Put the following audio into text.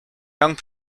young